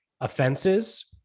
offenses